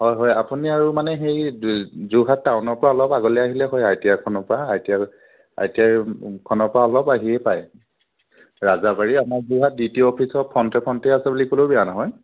হয় হয় আপুনি আৰু মানে সেই যোৰহাট টাউনৰ পৰা অলপ আগলৈ আহিলে হয় আইটিআইখনৰ পৰা আইটিআইৰখনৰ পৰা অলপ আহিয়ে পায় ৰাজাবাৰী আমাৰ যোৰহাট ডি টি অফিচৰ ফ্ৰণ্টে ফ্ৰণ্টে আছে বুলি ক'লেও বেয়া নহয়